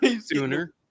sooner